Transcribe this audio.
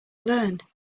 learn